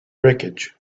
wreckage